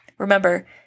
Remember